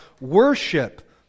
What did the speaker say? worship